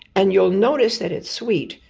and you'll notice that it's sweet.